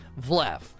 Vlef